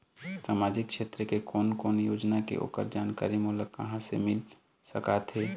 सामाजिक क्षेत्र के कोन कोन योजना हे ओकर जानकारी मोला कहा ले मिल सका थे?